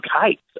kites